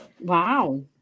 Wow